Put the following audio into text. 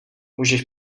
můžeš